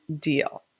deal